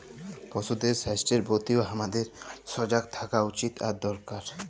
পশুদের স্বাস্থ্যের প্রতিও হামাদের সজাগ থাকা উচিত আর দরকার